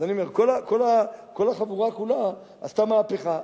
אז אני אומר, כל החבורה כולה עשתה מהפכה.